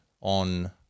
on